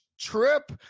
trip